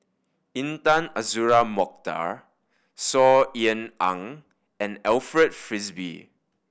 Intan Azura Mokhtar Saw Ean Ang and Alfred Frisby